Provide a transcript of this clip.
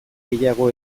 gehiago